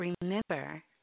remember